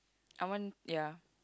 I want ya